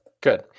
Good